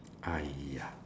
!aiya!